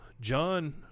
John